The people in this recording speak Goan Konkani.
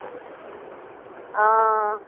आ आ